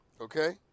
okay